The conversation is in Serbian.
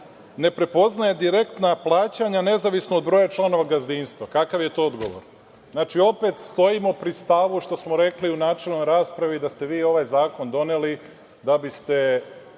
ne prepoznaje direktna plaćanja nezavisno od broja članova gazdinstva. Kakav je to odgovor? Znači, opet stojimo pri stavu što smo rekli u načelnoj raspravi da ste vi ovaj Zakon doneli da bi ste